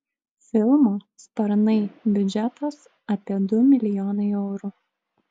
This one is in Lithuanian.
filmo sparnai biudžetas apie du milijonai eurų